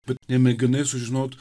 bet nemėginai sužinot